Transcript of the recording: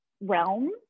realm